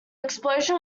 explosion